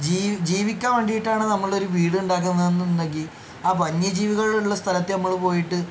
ജീ ജീവിക്കാൻ വേണ്ടിയിട്ടാണ് നമ്മൾ ഒരു വീട് ഉണ്ടാക്കുന്നത് എന്നുണ്ടെങ്കിൽ ആ വന്യജീവികൾ ഉള്ള സ്ഥലത്ത് നമ്മൾ പോയിട്ട്